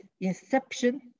inception